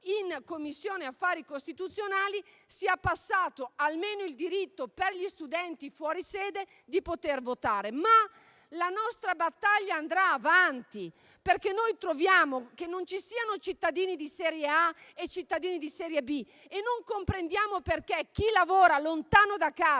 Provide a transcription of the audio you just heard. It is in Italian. in Commissione affari costituzionali sia passato almeno il diritto per gli studenti fuori sede di poter votare, ma la nostra battaglia andrà avanti perché noi troviamo che non ci siano cittadini di serie A e cittadini di serie B. Non comprendiamo perché chi lavora lontano da casa